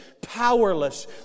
powerless